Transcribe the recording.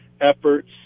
efforts